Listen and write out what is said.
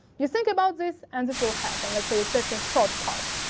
you think about this and this will happen. let's say it's like a shortcut.